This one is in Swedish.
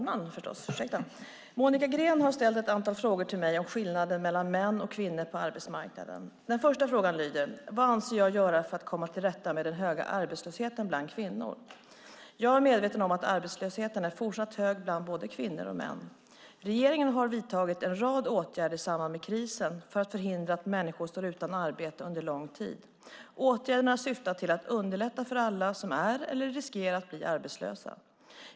Herr talman! Monica Green har ställt ett antal frågor till mig om skillnader mellan män och kvinnor på arbetsmarknaden. Den första frågan lyder: Vad avser jag att göra för att komma till rätta med den höga arbetslösheten bland kvinnor? Jag är medveten om att arbetslösheten är fortsatt hög bland både kvinnor och män. Regeringen har vidtagit en rad åtgärder i samband med krisen för att förhindra att människor står utan arbete under lång tid. Åtgärderna syftar till att underlätta för alla som är eller riskerar att bli arbetslösa.